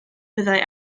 byddai